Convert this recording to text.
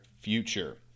future